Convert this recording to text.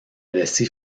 laisser